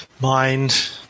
mind